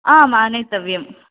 आम् आनेतव्यं